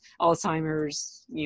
Alzheimer's